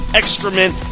excrement